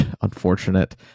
unfortunate